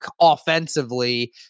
offensively